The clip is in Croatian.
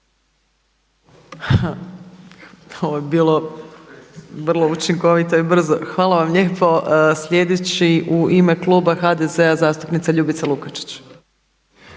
Ovo je bilo vrlo učinkovito i brzo. Hvala vam lijepo. Sljedeći u ime kluba HDZ-a zastupnica Ljubica Lukačić.